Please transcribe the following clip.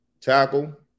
tackle